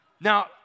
Now